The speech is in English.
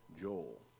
Joel